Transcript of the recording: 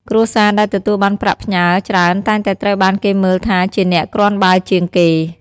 គ្រួសារដែលទទួលបានប្រាក់ផ្ញើច្រើនតែងតែត្រូវបានគេមើលថាជាអ្នកគ្រាន់បើជាងគេ។